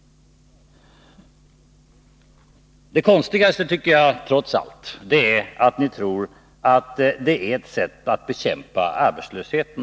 Det konstigaste enligt min mening är trots allt att ni tror att den här höjningen är ett sätt att bekämpa arbetslösheten.